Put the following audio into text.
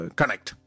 connect